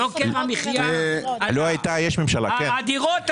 מחיר הדירות עלה.